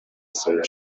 sail